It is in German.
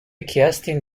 kerstin